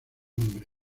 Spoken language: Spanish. nombre